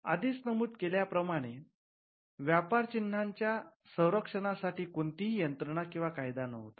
आधीच नमूद केल्याप्रमाणे व्यापार चिन्हाच्या संरक्षणासाठी कोणतीही यंत्रणा किंवा कायदा नव्हता